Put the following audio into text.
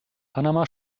panama